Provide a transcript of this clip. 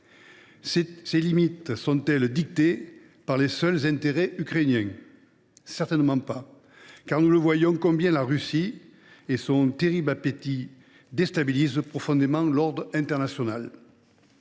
Ces limites sont elles dictées par les seuls intérêts ukrainiens ? Certainement pas, car nous voyons combien la Russie, par son terrible appétit, déstabilise profondément l’ordre international.